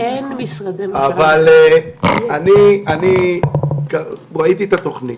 אבל אני ראיתי את התוכנית.